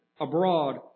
abroad